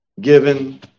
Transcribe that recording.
given